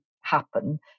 happen